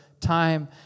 time